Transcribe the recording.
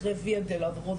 אחרי "ויה דולורוזה",